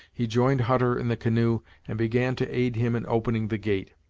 he joined hutter in the canoe and began to aid him in opening the gate.